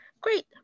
great